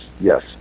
Yes